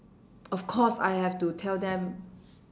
of course I have to tell them